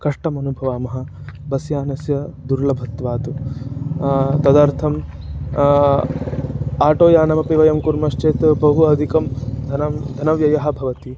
कष्टम् अनुभवामः बस् यानस्य दुर्लभत्वात् तदर्थम् आटो यानमपि वयं कुर्मश्चेत् बहु अधिकं धनं धनव्ययः भवति